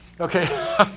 okay